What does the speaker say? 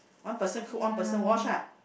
one person cook one person wash lah